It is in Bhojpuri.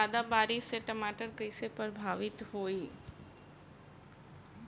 ज्यादा बारिस से टमाटर कइसे प्रभावित होयी?